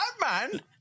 Batman